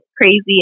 crazy